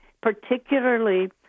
particularly